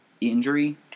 injury